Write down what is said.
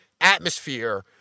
atmosphere